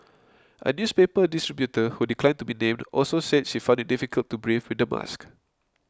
a newspaper distributor who declined to be named also said she found it difficult to breathe with the mask